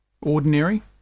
Ordinary